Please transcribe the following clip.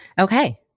Okay